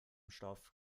stoff